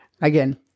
again